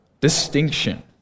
distinction